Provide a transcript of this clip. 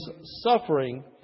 suffering